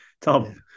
Tom